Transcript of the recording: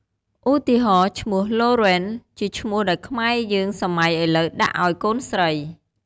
ឧទាហរណ៍ឈ្មោះឡូរេន (Lauren) ជាឈ្មោះដែលខ្មែរយើងសម័យឥលូវដាក់អោយកូនស្រី។